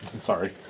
Sorry